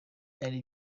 byari